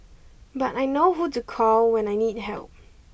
but I know who to call when I need help